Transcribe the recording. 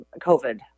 COVID